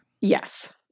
Yes